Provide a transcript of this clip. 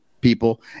people